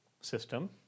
System